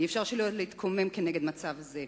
אי-אפשר שלא להתקומם נגד מצב זה,